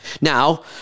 Now